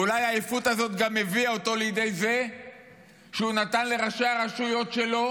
ואולי העייפות הזאת גם הביאה אותו לידי זה שהוא נתן לראשי הרשויות שלו